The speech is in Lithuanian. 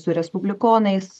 su respublikonais